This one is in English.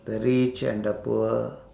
the rich and the poor